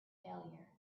failure